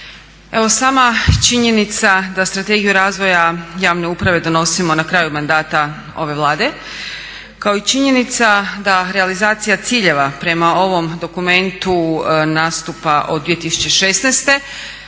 Evo sama činjenica da Strategiju razvoja javne uprave donosimo na kraju mandata ove Vlade kao i činjenica da realizacija ciljeva prema ovom dokumentu nastupa od 2016.